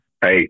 hey